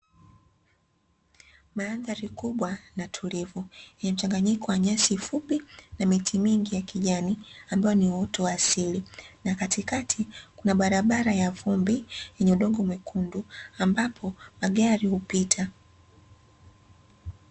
Mandhari kubwa na tulivu, yenye mchanganyiko wa nyasi fupi na miti mingi ya kijani ambao ni uoto wa asili na katikati kuna barabara ya vumbi, yenye udongo mwekundu ambapo magari hupita.